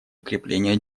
укрепления